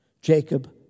Jacob